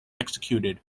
executed